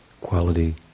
quality